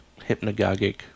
hypnagogic